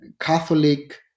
Catholic